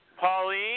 Pauline